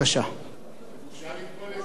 זה בושה לקרוא לזה "חוק הפחתת הגירעון",